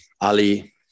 Ali